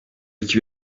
iki